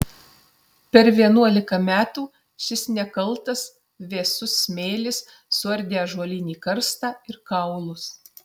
per vienuolika metų šis nekaltas vėsus smėlis suardė ąžuolinį karstą ir kaulus